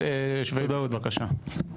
שוויביש, בבקשה.